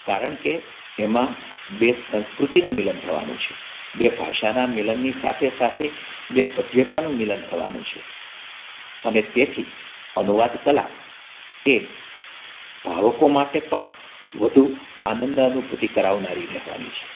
કારણ કે એમાં બે સંસ્કૃતિનું મિલન થવાનું છે બે ભાષાનાં મિલનની સાથે સાથે બે સભ્યતાનું મિલન થવાનું છે અને તેથી અનુવાદ કલા એ ભાવકો માટે પણ વધુ આનંદ અનુભૂતિ કરાવનારી રહેવાની છે